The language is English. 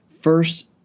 First